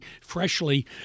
freshly